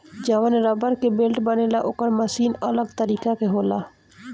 जवन रबड़ के बेल्ट बनेला ओकर मशीन अलग तरीका के होला